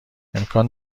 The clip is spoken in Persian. امکان